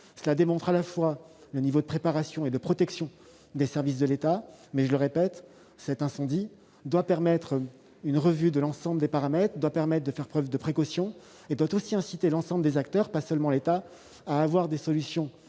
Cela montre le niveau de préparation et de protection des services de l'État. Reste que, je le répète, cet incendie doit permettre une revue de l'ensemble des paramètres, être l'occasion de faire preuve de précaution et inciter l'ensemble des acteurs, pas seulement l'État, à développer des solutions